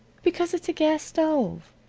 because it's a gas stove.